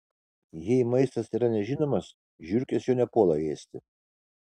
jei maistas yra nežinomas žiurkės jo nepuola ėsti